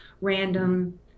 random